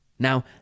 Now